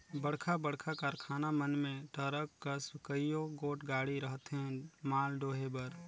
बड़खा बड़खा कारखाना मन में टरक कस कइयो गोट गाड़ी रहथें माल डोहे बर